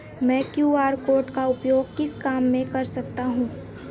मैं QR code का उपयोग किस काम में कर सकता हूं?